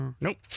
Nope